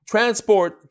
Transport